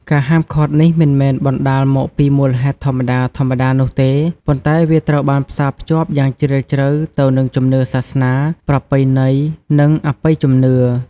ការហាមឃាត់នេះមិនមែនបណ្ដាលមកពីមូលហេតុធម្មតាៗនោះទេ ប៉ុន្តែវាត្រូវបានផ្សារភ្ជាប់យ៉ាងជ្រាលជ្រៅទៅនឹងជំនឿសាសនា ប្រពៃណី និងអបិយជំនឿ។